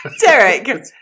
Derek